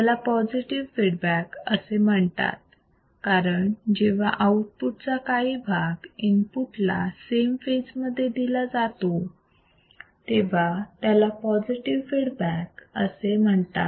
याला positive feedback असे म्हणतात कारण जेव्हा आउटपुट चा काही भाग इनपुट ला सेम फेजमध्ये दिला जातो तेव्हा त्याला पॉझिटिव फीडबॅक असे म्हणतात